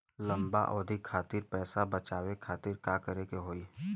लंबा अवधि खातिर पैसा बचावे खातिर का करे के होयी?